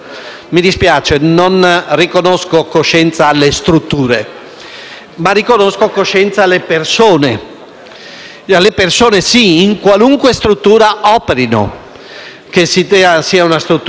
riconosco coscienza alle persone in qualunque struttura esse operino, che sia una struttura pubblica, privata, privata classificata;